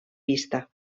vista